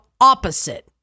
opposite